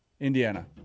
Indiana